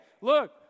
look